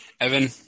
Evan